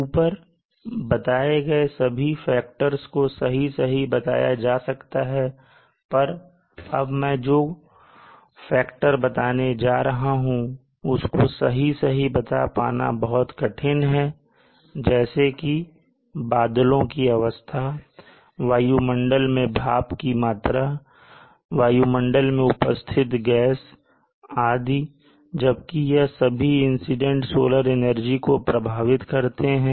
ऊपर बताए गए सभी कारकों को सही सही बताया जा सकता है पर अब मैं जो कारक बताने जा रहा हूं उसको सही सही बता पाना बहुत कठिन है जैसे कि बादलों की अवस्था वायुमंडल में भाप की मात्रा वायुमंडल में उपस्थित गैस आदि जबकि यह सभी इंसीडेंट सोलर एनर्जी को प्रभावित करते हैं